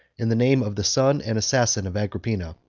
in the name of the son and assassin of agrippina.